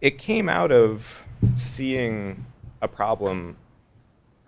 it came out of seeing a problem